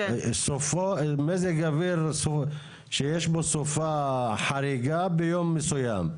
מזג אוויר שיש בו סופה חריגה ביום מסוים.